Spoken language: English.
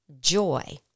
joy